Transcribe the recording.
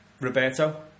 Roberto